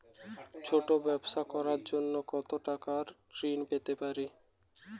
ছোট ব্যাবসা করার জন্য কতো টাকা ঋন পেতে পারি?